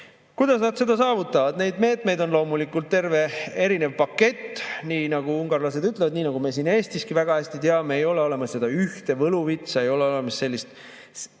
Kuidas nad seda saavutavad? Neid meetmeid on loomulikult terve pakett. Nii nagu ungarlased ütlevad ja nii nagu me siin Eestiski väga hästi teame, ei ole olemas ühte võluvitsa. Ei ole olemas seda